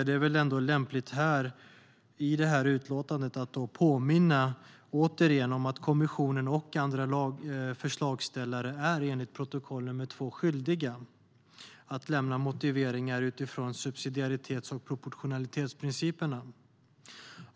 Det är väl ändå lämpligt att i detta utlåtande återigen påminna om att kommissionen och andra förslagsställare är skyldiga enligt protokoll nr 2 att lämna motiveringar utifrån subsidiaritets och proportionalitetsprinciperna.